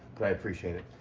but i appreciate it.